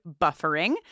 buffering